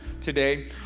today